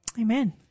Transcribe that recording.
Amen